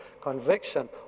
Conviction